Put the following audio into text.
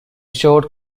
showed